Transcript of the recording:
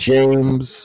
James